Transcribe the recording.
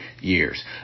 years